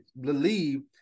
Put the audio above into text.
believe